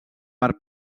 per